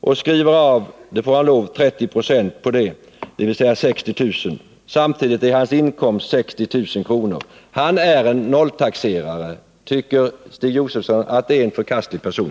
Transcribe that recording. och skriver av — det får han lov till 30 90 på det, dvs. 60 000 kr. Samtidigt har han en inkomst på 60000 kr. Han är en nolltaxerare. Tycker Stig Josefson att det är en förkastlig person?